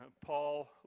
Paul